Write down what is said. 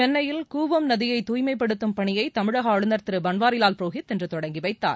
சென்னையில் கூவம் நதியை தூய்மைப்படுத்தும் பணியை தமிழக ஆளுநர் திரு பன்வாரிலால் புரோஹித் இன்று தொடங்கி வைத்தார்